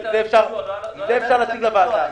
את זה אפשר להציג לוועדה.